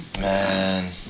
Man